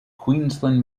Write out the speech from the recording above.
queensland